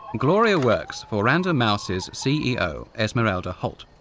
gloria works for random mouse's ceo, esmerelda holt.